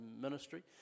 ministry